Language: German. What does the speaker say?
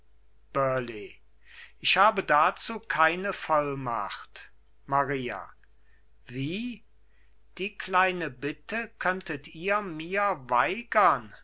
ich habe dazu keine vollmacht maria wie die kleine bitte könntet ihr mir weigern